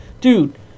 dude